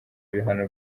ibihano